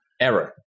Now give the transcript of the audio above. error